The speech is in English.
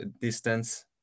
distance